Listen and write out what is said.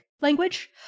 language